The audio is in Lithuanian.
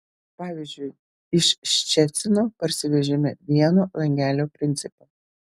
pavyzdžiui iš ščecino parsivežėme vieno langelio principą